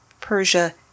Persia